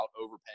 overpaying